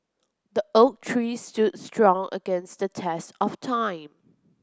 the oak tree stood strong against the test of time